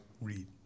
read